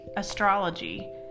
astrology